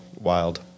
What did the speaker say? wild